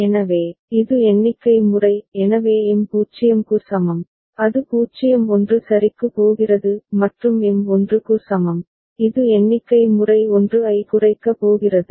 எனவே இது எண்ணிக்கை முறை எனவே எம் 0 க்கு சமம் அது 0 1 சரிக்கு போகிறது மற்றும் எம் 1 க்கு சமம் இது எண்ணிக்கை முறை 1 ஐ குறைக்க போகிறது